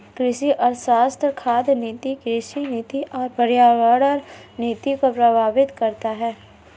कृषि अर्थशास्त्र खाद्य नीति, कृषि नीति और पर्यावरण नीति को प्रभावित करता है